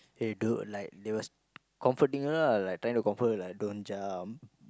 they do like they were comforting her lah like trying to comfort her like don't jump